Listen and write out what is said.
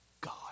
God